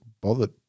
bothered